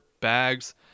bags